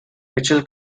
mitchell